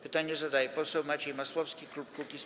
Pytanie zadaje poseł Maciej Masłowski, klub Kukiz’15.